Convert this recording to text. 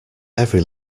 every